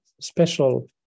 special